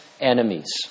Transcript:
enemies